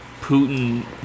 Putin